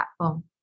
platform